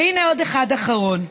והינה עוד אחד, אחרון.